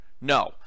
No